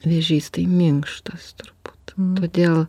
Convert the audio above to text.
vėžys tai minkštas turbūt todėl